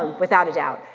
without a doubt.